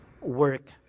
work